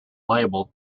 label